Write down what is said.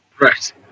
Right